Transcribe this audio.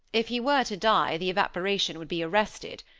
if he were to die the evaporation would be arrested,